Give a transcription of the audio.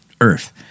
earth